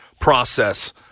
process